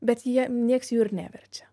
bet jie nieks jų ir neverčia